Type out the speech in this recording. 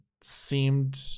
seemed